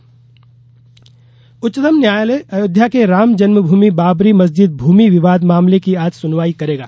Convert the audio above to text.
उच्चतम न्यायालय सुनवाई उच्चतम न्यायालय अयोध्या के रामजन्म भूमि बाबरी मस्जिद भूमि विवाद मामले की आज सुनवाई करेगा